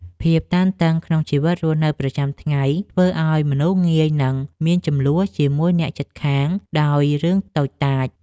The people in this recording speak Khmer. ភាពតានតឹងក្នុងជីវិតរស់នៅប្រចាំថ្ងៃធ្វើឱ្យមនុស្សងាយនឹងមានជម្លោះជាមួយអ្នកជិតខាងដោយរឿងតូចតាច។